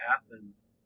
Athens